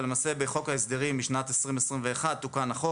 ולמעשה בחוק ההסדרים משנת 2021 תוקן החוק